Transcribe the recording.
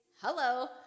hello